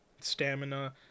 stamina